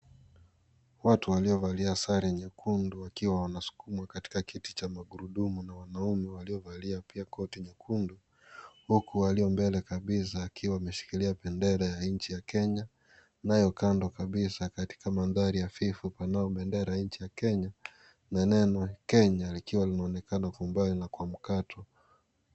Watu waliovalia sare nyekundu wakiwa wanasukumwa katika kiti cha magurudumu na wanaume waliovalia pia koti nyekundu huku walio mbele kabisa wakiwa wameshikilia bendera ya nchi ya Kenya nayo kando kabisa katika mandhari hafifu kunayo bendera ya nchi ya Kenya na neno Kenya likionekana kwa mbali na mkato.